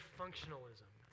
functionalism